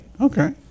Okay